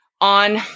on